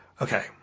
Okay